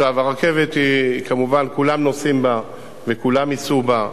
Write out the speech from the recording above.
הרכבת, כמובן, כולם נוסעים בה וכולם ייסעו בה,